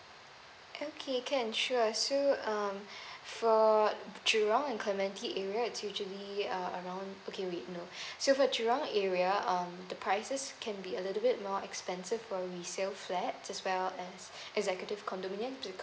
okay can sure so um for jurong and clementi area it's usually uh around okay wait no so for jurong area um the prices can be a little bit more expensive for resale flat as well as executive condominium